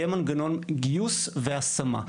יהיה מנגנון גיוס והשמה.